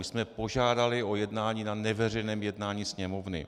My jsme požádali o jednání na neveřejném jednání Sněmovny.